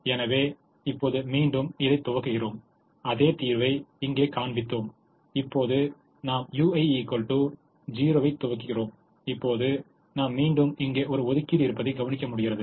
எனவே இப்போது மீண்டும் இதை துவக்குகிறோம் அதே தீர்வை இங்கே காண்பித்தோம் இப்போது நாம் u1 0 ஐ துவக்குகிறோம் இப்போது நாம் மீண்டும் இங்கே ஒரு ஒதுக்கீடு இருப்பதைக் கவனிக்க முடிகிறது